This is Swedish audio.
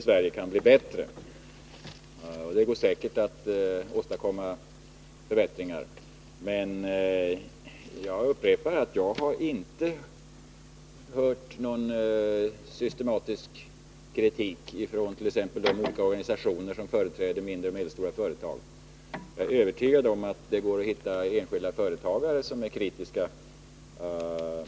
Sveriges exportkreditsystem kan säkert bli bättre, men jag upprepar att jag inte har hört någon systematisk kritik från t.ex. de olika organisationer som företräder mindre och medelstora företag. Jag är övertygad om att det går att hitta enskilda företagare som är kritiska.